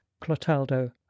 clotaldo